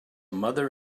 mother